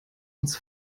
uns